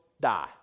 die